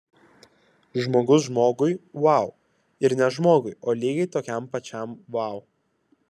žmogus žmogui vau ir ne žmogui o lygiai tokiam pačiam vau